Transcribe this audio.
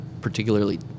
particularly